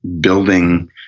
Building